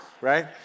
right